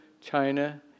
China